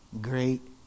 great